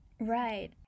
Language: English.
Right